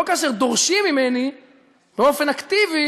לא כאשר דורשים ממני באופן אקטיבי